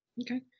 Okay